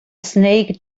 snake